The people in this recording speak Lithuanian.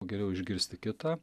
geriau išgirsti kitą